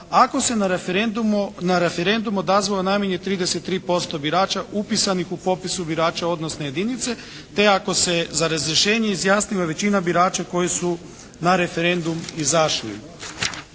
ako se na referendumu odazvalo najmanje 33% birača upisanih u popise birače odnosne jedinice, te ako se za razrješenje izjasnila većina birača koji su na referendum izašli.